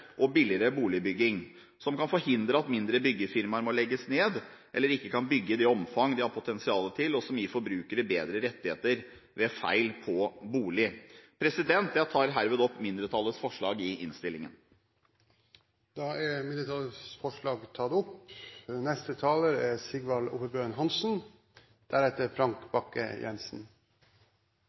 og billigere boligbygging, som kan forhindre at mindre byggefirmaer må legges ned, eller ikke kan bygge i det omfanget de har potensial til, og som gir forbrukerne bedre rettigheter ved feil på bolig. Jeg tar herved opp mindretallets forslag i innstillingen. Representanten Ulf Leirstein har tatt opp